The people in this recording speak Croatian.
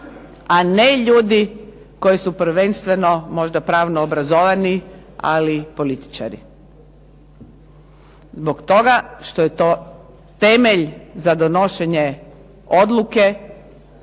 a ne ljudi koji su prvenstveno možda pravno obrazovani, ali političari. Zbog toga što je to temelj za donošenje odluke